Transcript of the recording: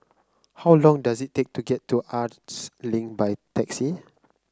how long does it take to get to Arts Link by taxi